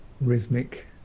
rhythmic